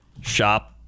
shop